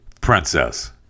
Princess